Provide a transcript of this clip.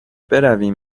برویم